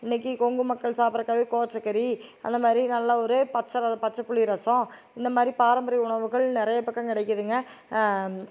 இன்னைக்கு கொங்கு மக்கள் சாப்புடுறதுக்காகவே கோவச்சக்கறி அந்தமாதிரி நல்ல ஒரு பச்சை பச்சை புளி ரசம் இந்தமாதிரி பாரம்பரிய உணவுகள் நிறைய பக்கம் கிடைக்கிதுங்க